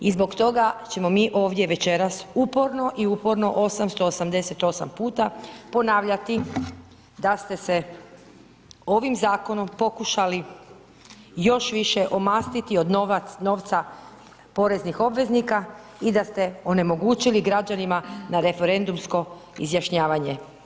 I zbog toga ćemo mi ovdje večeras uporno i uporno 888 puta ponavljati da ste se ovim zakonom pokušali još više omastiti od novca poreznih obveznika i da ste onemogućili građanima na referendumsko izjašnjavanje.